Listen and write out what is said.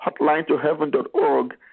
hotlinetoheaven.org